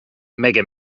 mega